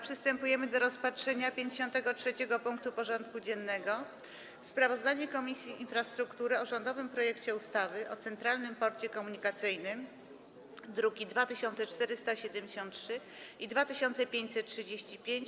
Przystępujemy do rozpatrzenia punktu 53. porządku dziennego: Sprawozdanie Komisji Infrastruktury o rządowym projekcie ustawy o Centralnym Porcie Komunikacyjnym (druki nr 2473 i 2535)